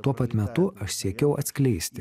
tuo pat metu aš siekiau atskleisti